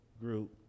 Group